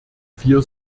vier